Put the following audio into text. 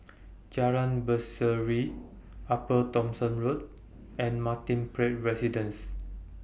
Jalan Berseri Upper Thomson Road and Martin Place Residences